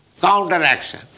counteraction